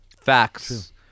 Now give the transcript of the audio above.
facts